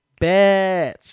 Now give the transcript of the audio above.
bitch